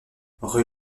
rue